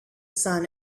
sun